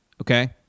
okay